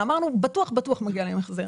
אמרנו שבטוח מגיע להם החזר.